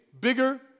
bigger